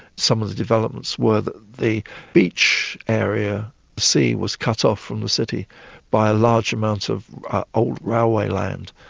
some of the developments were the the beach area sea was cut off from the city by a large amount of old railway land,